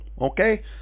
okay